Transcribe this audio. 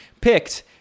picked